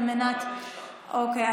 אוקיי,